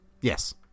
yes